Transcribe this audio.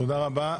תודה רבה.